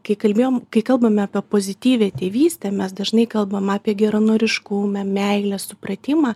kai kalbėjom kai kalbame apie pozityvią tėvystę mes dažnai kalbam apie geranoriškumą meilę supratimą